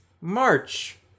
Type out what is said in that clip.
March